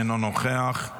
אינו נוכח.